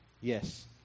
Yes